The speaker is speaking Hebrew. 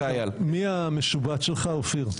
מי המשובט שלך, אופיר?